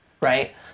right